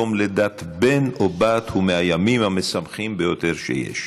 יום לידת בן או בת הוא מהימים המשמחים ביותר שיש.